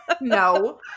No